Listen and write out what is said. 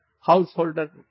householder